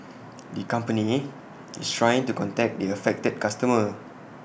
the company is trying to contact the affected customer